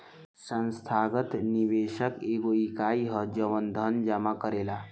संस्थागत निवेशक एगो इकाई ह जवन धन जामा करेला